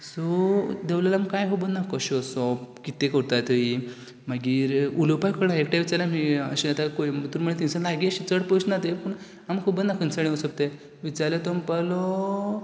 so देवल्यार आमकां काय खबर ना कशें वसोप कितें करता थंय मागीर उलोवपाक कळना एकट्याक विचारल्यार अशें आतां कोयंबतूर म्हळ्यार थंयसान लागी अशें चड पयस ना तें पूण आमकां खबर ना कशें वसप तें विचारल्यार तो म्हणपालो